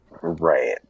Right